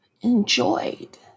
enjoyed